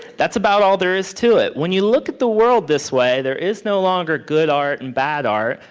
that's about all there is to it. when you look at the world this way there is no longer good art and bad art.